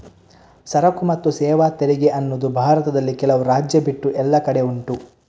ಸರಕು ಮತ್ತು ಸೇವಾ ತೆರಿಗೆ ಅನ್ನುದು ಭಾರತದಲ್ಲಿ ಕೆಲವು ರಾಜ್ಯ ಬಿಟ್ಟು ಎಲ್ಲ ಕಡೆ ಉಂಟು